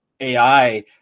AI